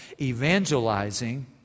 evangelizing